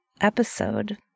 episode